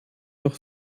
doch